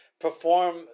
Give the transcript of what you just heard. perform